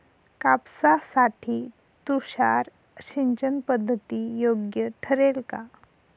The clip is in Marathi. कापसासाठी तुषार सिंचनपद्धती योग्य ठरेल का?